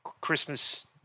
Christmas